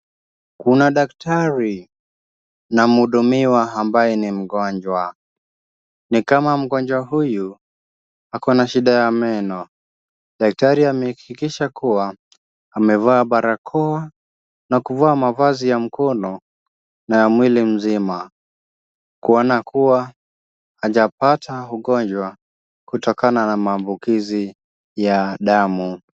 Kuna daktari na mhudumiwa ambaye ni mgonjwa, ni kama mgonjwa huyu ako na shida ya meno. Daktari amehakikisha kuwa amevaa barakoa na kuvaa mavazi ya mkono na ya mwili mzima, kuona kuwa hajapata ugonjwa kutokana na maambukizi ya damu.